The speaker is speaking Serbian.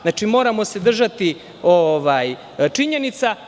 Znači, moramo se držati činjenica.